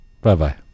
Bye-bye